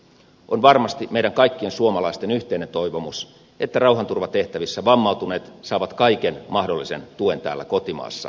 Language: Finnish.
on varmasti meidän kaikkien suomalaisten yhteinen toivomus että rauhanturvatehtävissä vammautuneet saavat kaiken mahdollisen tuen täällä kotimaassa